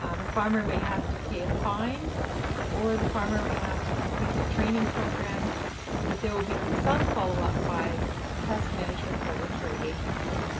the farmer may have to pay a fine or the farmer may have to complete a training program but there will be some follow up by the pest management regulatory agency.